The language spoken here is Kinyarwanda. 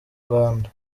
rwanda